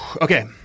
Okay